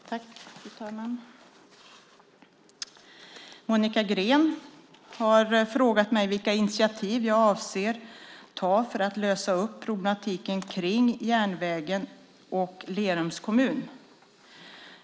Fru talman! Monica Green har frågat mig vilka initiativ jag avser att ta för att lösa upp problematiken kring järnvägen och Lerums kommun.